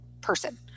person